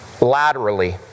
laterally